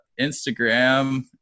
Instagram